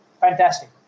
fantastic